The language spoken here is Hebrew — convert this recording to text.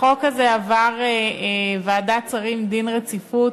החוק הזה עבר ועדת שרים, דין רציפות,